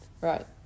Right